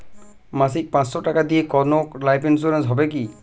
মাসিক পাঁচশো টাকা দিয়ে কোনো লাইফ ইন্সুরেন্স হবে কি?